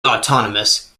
autonomous